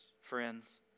friends